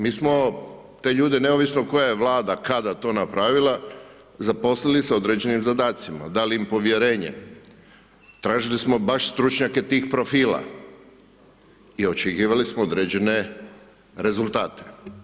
Drugo, mi smo te ljude, neovisno koja je Vlada, kada to napravila, zaposlili s određenim zadacima, dali im povjerenje, tražili smo baš stručnjake tih profila i očekivali smo određene rezultate.